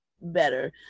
better